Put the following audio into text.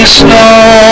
snow